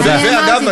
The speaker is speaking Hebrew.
ואגב,